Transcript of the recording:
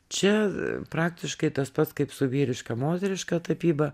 čia praktiškai tas pats kaip su vyriška moteriška tapyba